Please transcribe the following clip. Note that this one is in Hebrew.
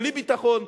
בלי ביטחון,